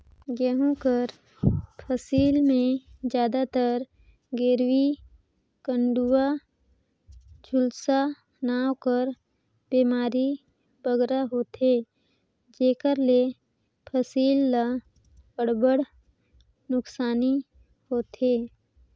गहूँ कर फसिल में जादातर गेरूई, कंडुवा, झुलसा नांव कर बेमारी बगरा होथे जेकर ले फसिल ल अब्बड़ नोसकानी होथे